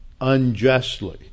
unjustly